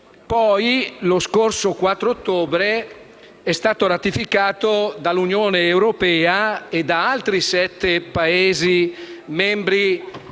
Poi, lo scorso 4 ottobre è stato ratificato dall'Unione europea e da altri sette Paesi membri